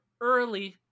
early